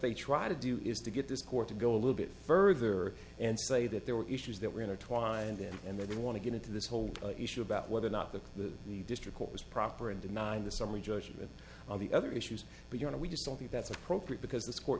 they try to do is to get this court to go a little bit further and say that there were issues that were intertwined then and there they want to get into this whole issue about whether or not the the district court was proper in denying the summary judgment on the other issues but you know we just don't think that's appropriate because this court